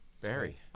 Barry